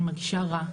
אני מרגישה רע,